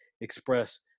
express